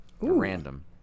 random